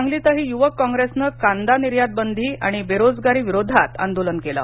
सांगलीतही युवक काँप्रेसनं कांदा निर्यातबदी आणि बेरोजगारी विरोधात आंदोलन केलं